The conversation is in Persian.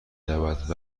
رود